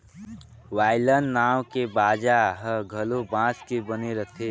violin नांव के बाजा ह घलो बांस के बने रथे